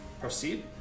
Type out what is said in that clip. Proceed